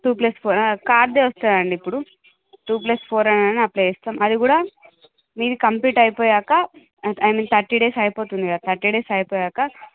two plus four కార్దే వస్తుందండి ఇప్పుడు టూ ప్లస్ ఫోర్ అనే అప్లై చేస్తాము అది కూడా మీది కంప్లీట్ అయిపోయాక అయ్ మీన్ థర్టీ డేస్ అయిపోతుంది కదా థర్టీ డేస్ అయిపోయాక